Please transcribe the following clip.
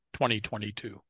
2022